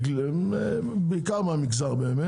בעיקר מהמגזר.